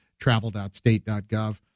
travel.state.gov